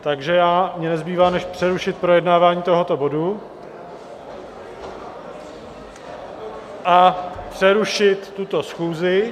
Takže mně nezbývá než přerušit projednávání tohoto bodu a přerušit tuto schůzi.